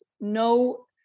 No